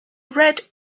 read